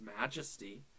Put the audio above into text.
majesty